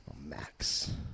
Max